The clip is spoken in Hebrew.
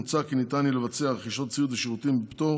מוצע כי ניתן יהיה לבצע רכישת ציוד ושירותים בפטור